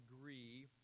agree